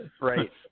Right